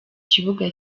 kibuga